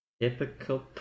Typical